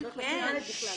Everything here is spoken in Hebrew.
שימי לב.